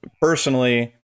personally